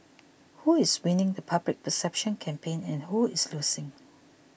who is winning the public perception campaign and who is losing